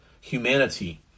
humanity